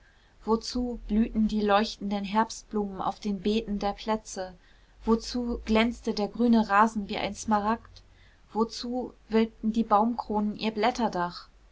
wozu blühten die leuchtenden herbstblumen auf den beeten der plätze wozu glänzte der grüne rasen wie ein smaragd wozu wölbten die baumkronen ihr blätterdach